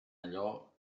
allò